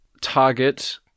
target